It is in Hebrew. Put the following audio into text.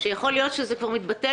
שיכול להיות שזה כבר מתבטל,